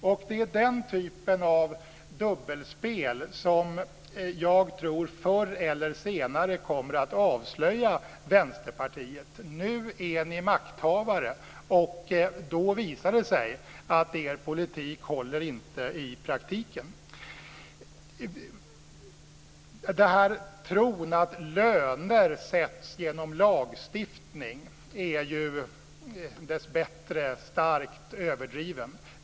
Det är den typen av dubbelspel som jag tror förr eller senare kommer att avslöja Vänsterpartiet. Nu är ni makthavare. Då visar det sig att er politik inte håller i praktiken. Tron att löner sätts genom lagstiftning är dessbättre starkt överdriven.